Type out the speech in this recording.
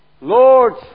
Lord